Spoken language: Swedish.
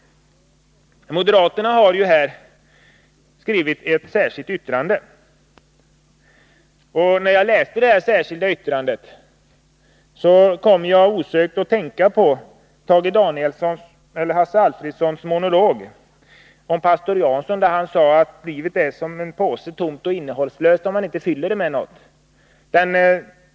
Moderaterna har här avgivit ett särskilt yttrande. När jag läste detta kom jag osökt att tänka på Hasse Alfredsons monolog om pastor Jansson. Han sade bl.a.: Livet är som en påse, tomt och innehållslöst, om man inte fyller det med något.